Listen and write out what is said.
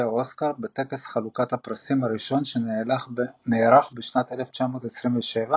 אוסקר בטקס חלוקת הפרסים הראשון שנערך בשנת 1927,